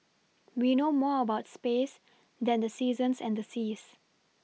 we know more about space than the seasons and the seas